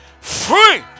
free